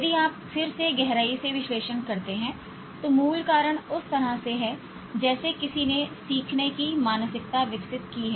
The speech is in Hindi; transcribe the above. यदि आप फिर से गहराई से विश्लेषण करते हैं तो मूल कारण उस तरह से है जैसे किसी ने सीखने की मानसिकता विकसित की है